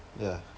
ya